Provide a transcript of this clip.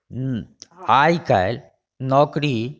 आई काल्हि नौकरी